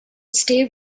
stay